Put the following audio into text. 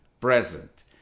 present